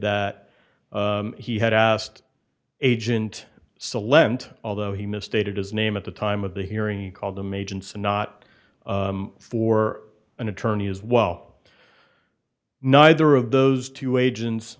that he had asked agent solenn although he misstated his name at the time of the hearing and called them agents and not for an attorney as well neither of those two agents